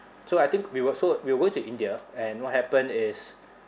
so I think we were so we were going to india and what happened is